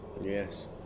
Yes